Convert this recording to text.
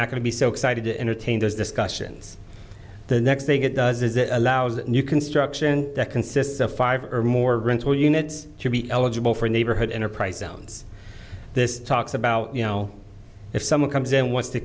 not going to be so excited to entertain those discussions the next thing it does is it allows that new construction that consists of five or more rental units to be eligible for neighborhood enterprise zones this talks about you know if someone comes and wants to